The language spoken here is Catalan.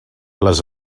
les